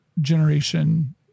generation